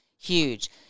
Huge